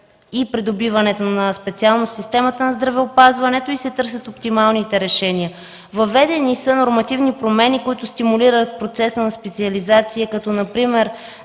и придобиването на специалност в системата на здравеопазването и се търсят оптималните решения. Въведени са нормативни промени, които стимулират процеса на специализация, като например: